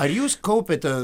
ar jūs kaupiate